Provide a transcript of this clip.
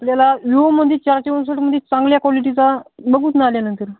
आपल्याला विवोमध्ये मध्ये चांगल्या क्वालिटीचा बघूच ना आल्यानंतर